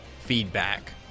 feedback